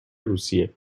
روسیه